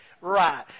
right